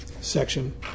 section